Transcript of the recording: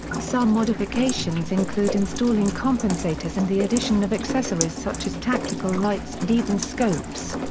some modifications include installing compensators and the addition of accessories such as tactical lights and even scopes.